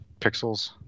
pixels